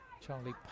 Charlie